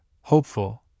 hopeful